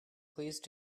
please